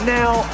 now